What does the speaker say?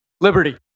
Liberty